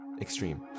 extreme